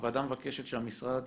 הוועדה מבקשת שהמשרד